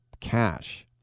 cash